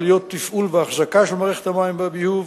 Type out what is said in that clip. עלויות תפעול ואחזקה של מערכת המים והביוב,